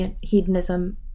hedonism